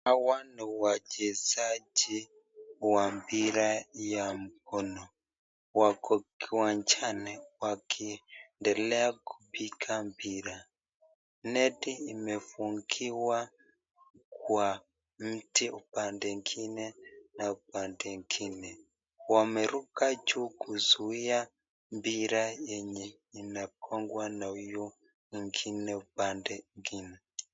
Hawa ni wachezaji wa mpira ya mkono, wako kiwanjani wakiendelea kupiga mpira, neti imefungiwa kwa mti upande ingine na upande ingine, wameruka juu kuzuia mpira yenye inagonjwa na huyo upande ingine.